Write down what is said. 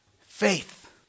faith